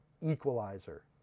equalizer